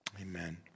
amen